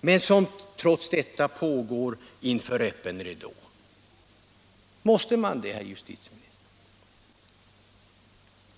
men som trots detta pågår inför öppen ridå?